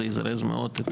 זה יזרז מאוד.